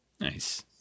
Nice